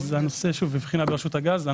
הנושא נמצא בבחינה ברשות הגז.